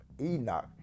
Enoch